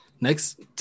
Next